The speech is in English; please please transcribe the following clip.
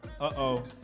uh-oh